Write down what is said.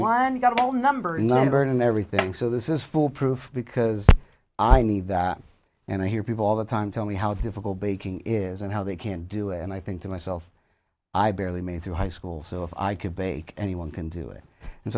you got a whole number in the bird and everything so this is foolproof because i need that and i hear people all the time tell me how difficult baking is and how they can do it and i think to myself i barely made it through high school so if i could bake anyone can do it and